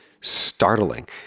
startling